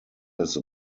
his